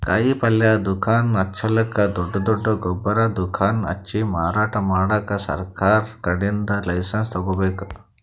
ಕಾಯಿಪಲ್ಯ ದುಕಾನ್ ಹಚ್ಚಲಕ್ಕ್ ದೊಡ್ಡ್ ದೊಡ್ಡ್ ಗೊಬ್ಬರ್ ದುಕಾನ್ ಹಚ್ಚಿ ಮಾರಾಟ್ ಮಾಡಕ್ ಸರಕಾರ್ ಕಡೀನ್ದ್ ಲೈಸನ್ಸ್ ತಗೋಬೇಕ್